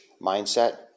mindset